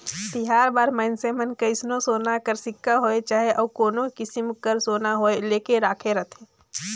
तिहार बार मइनसे मन कइसनो सोना कर सिक्का होए चहे अउ कोनो किसिम कर सोना होए लेके राखे रहथें